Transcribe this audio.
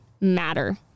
matter